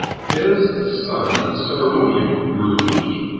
his son, sir william roos,